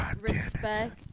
respect